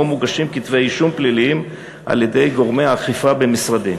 מוגשים כתבי אישום פליליים על-ידי גורמי האכיפה במשרדי.